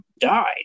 died